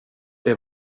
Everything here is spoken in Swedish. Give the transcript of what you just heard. det